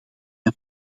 een